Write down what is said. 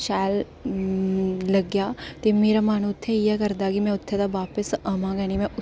शैल लग्गेआ ते मेरा मन उत्थै इ'यै करदा के में उत्थुआं दा बापस आवां गै नेईं में उत्थें